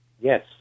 yes